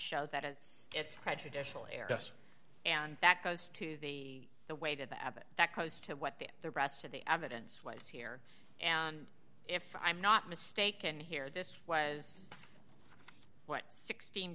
show that it prejudicial airgas and that goes to the the way to the abbot that close to what the the rest of the evidence was here and if i'm not mistaken here this was what sixteen